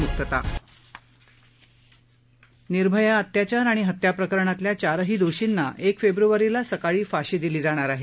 मुक्तता निर्भया अत्याचार आणि हत्या प्रकरणातल्या चारही दोषींना एक फेब्रुवारीला सकाळी फाशी दिली जाणार आहे